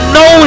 no